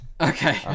okay